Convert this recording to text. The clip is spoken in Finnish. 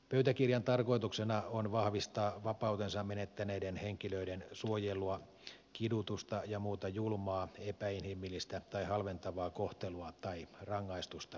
pöytäkirjan tarkoituksena on vahvistaa vapautensa menettäneiden henkilöiden suojelua kidutusta ja muuta julmaa epäinhimillistä tai halventavaa kohtelua tai rangaistusta vastaan